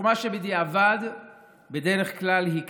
החוכמה שבדיעבד בדרך כלל היא קטנה.